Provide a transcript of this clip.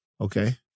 Okay